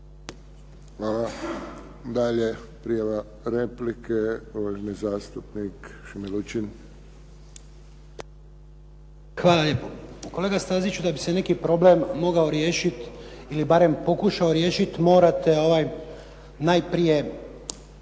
Hvala. Dalje. Prijava replike. Uvaženi zastupnik Šime Lučin. **Lučin, Šime (SDP)** Hvala lijepo. Kolega Staziću, da bi se neki problem mogao riješiti ili barem pokušao riješiti morate najprije